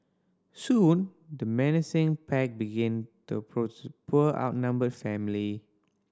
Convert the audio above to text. soon the menacing pack began to approach poor outnumbered family